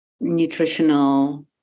nutritional